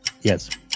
yes